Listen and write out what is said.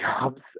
jobs